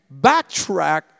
backtrack